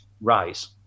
rise